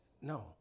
No